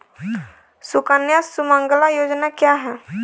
सुकन्या सुमंगला योजना क्या है?